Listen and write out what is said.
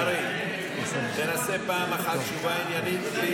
קרעי, תנסה פעם אחת תשובה עניינית.